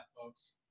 folks